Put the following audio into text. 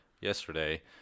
yesterday